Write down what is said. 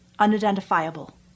unidentifiable